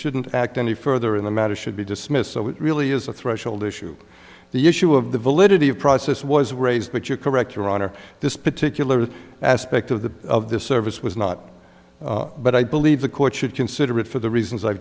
shouldn't act any further in the matter should be dismissed so it really is a threshold issue the issue of the validity of process was raised but you're correct your honor this particular aspect of the of this service was not but i believe the court should consider it for the reasons i